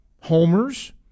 homers